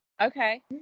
Okay